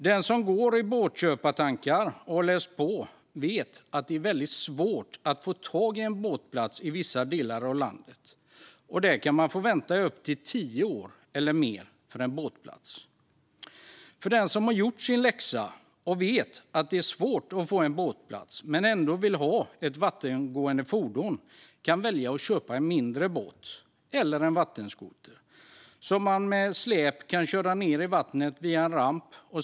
Den som går i båtköpartankar och har läst på vet att det är väldigt svårt att få tag i en båtplats i vissa delar av landet. Där kan man få vänta i upp till tio år eller mer för en båtplats. Den som har gjort sin läxa och vet att det är svårt att få en båtplats men ändå vill ha ett vattengående fordon kan välja att köpa en mindre båt eller en vattenskoter som man med släp kan köra ned i vattnet via en ramp.